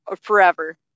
forever